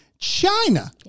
China